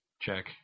check